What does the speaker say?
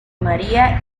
maría